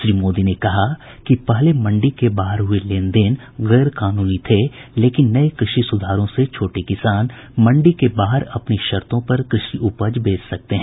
श्री मोदी ने कहा कि पहले मंडी के बाहर हुए लेनदेन गैरकानूनी थे लेकिन नये कृषि सुधारों से छोटे किसान मंडी के बाहर अपनी शर्तों पर कृषि उपज बेच सकते हैं